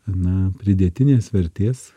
na pridėtinės vertės